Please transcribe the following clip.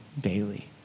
daily